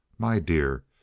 my dear!